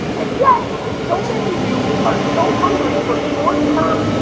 and yet, so many of you are so hungry for short term,